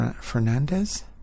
Fernandez